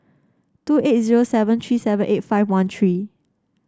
two eight zero seven three seven eight five one three